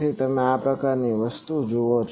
તેથી તમે આ પ્રકારની વસ્તુ જુઓ